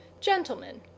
Gentlemen